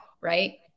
Right